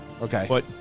Okay